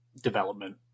development